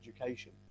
education